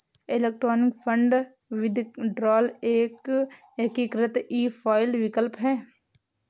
electronic fund withdrawal एक एकीकृत e file विकल्प है